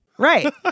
Right